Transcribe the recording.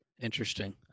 Interesting